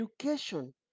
education